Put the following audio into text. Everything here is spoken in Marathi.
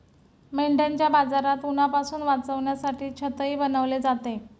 मेंढ्यांच्या बाजारात उन्हापासून वाचण्यासाठी छतही बनवले जाते